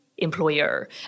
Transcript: employer